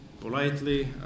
politely